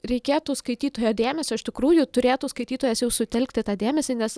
reikėtų skaitytojo dėmesio iš tikrųjų turėtų skaitytojas jau sutelkti tą dėmesį nes